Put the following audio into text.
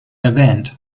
erwähnt